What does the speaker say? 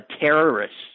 terrorists